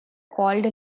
called